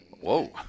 Whoa